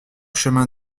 chemin